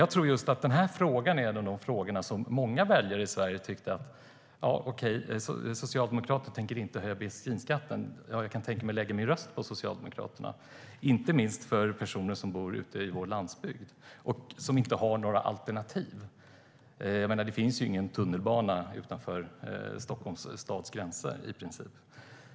Jag tror att just detta var en av de frågor som gjorde att många väljare i Sverige kunde tänka sig att lägga sin röst på Socialdemokraterna, inte minst personer som bor ute på vår landsbygd och som inte har några alternativ. Det finns i princip ingen tunnelbana utanför Stockholms stads gränser.